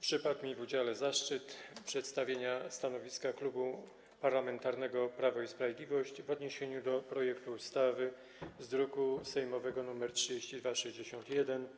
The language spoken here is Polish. Przypadł mi w udziale zaszczyt przedstawienia stanowiska Klubu Parlamentarnego Prawo i Sprawiedliwość w odniesieniu do projektu ustawy z druku sejmowego nr 3261